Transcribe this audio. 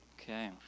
Okay